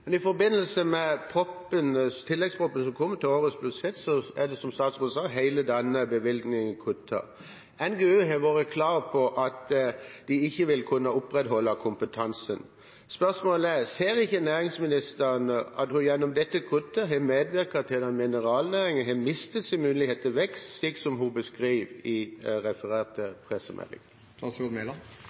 Men i forbindelse med tilleggsproposisjonen som kom til årets budsjett, er – som statsråden sa – hele denne bevilgningen kuttet. NGU har vært klar på at de ikke vil kunne opprettholde kompetansen. Spørsmålet er: Ser ikke næringsministeren at hun gjennom dette kuttet har medvirket til at mineralnæringen har mistet sin mulighet til vekst, slik som hun beskriver i den refererte